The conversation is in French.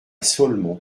ceaulmont